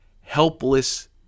helpless